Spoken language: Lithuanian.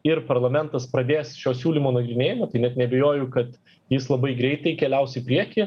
ir parlamentas pradės šio siūlymo nagrinėjimą net neabejoju kad jis labai greitai keliaus į priekį